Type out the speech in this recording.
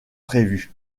prévus